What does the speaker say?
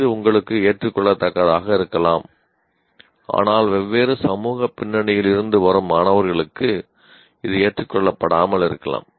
இது உங்களுக்கு ஏற்றுக்கொள்ளத்தக்கதாக இருக்கலாம் ஆனால் வேறுபட்ட சமூக பின்னணியில் இருந்து வரும் மாணவர்களுக்கு இது ஏற்றுக்கொள்ளப்படாமல் இருக்கலாம்